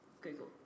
Google